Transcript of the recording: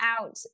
out